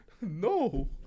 No